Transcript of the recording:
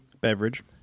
Beverage